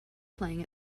playing